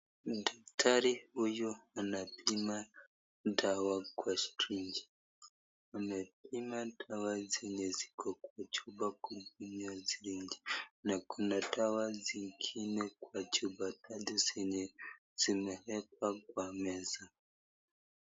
Daktari huyu anapima dawa kwa sirinji, anapima dawa zile ziko kwa chupa kubwa na kuna dawa zingine kwa chupa tatu zenye zimewekwa kwa meza.